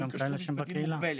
כשרות מוגבלת.